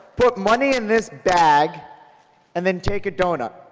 put money in this bag and then take a donut.